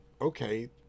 okay